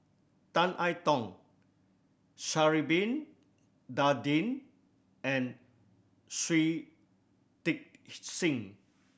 Tan I Tong Sha'ari Bin Tadin and Shui Tit Sing